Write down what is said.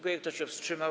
Kto się wstrzymał?